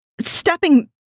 Stepping